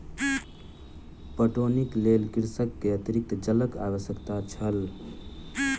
पटौनीक लेल कृषक के अतरिक्त जलक आवश्यकता छल